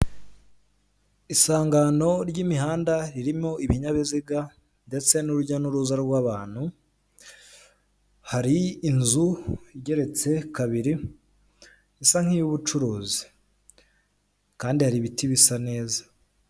Isangano ry'imihanda ririmo ibinyabiziga ndetse n'urujya n'uruza rw'abantu, hari inzu igeretse kabiri isa nk'iy'ubucuruzi kandi hari ibiti bisa neza.